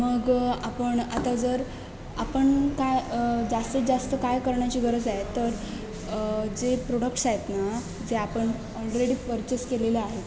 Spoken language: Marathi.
मग आपण आता जर आपण काय जास्तीत जास्त काय करण्याची गरज आहे तर जे प्रोडक्ट्स आहेत ना जे आपण ऑलरेडी पर्चेस केलेले आहेत